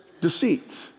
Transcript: deceit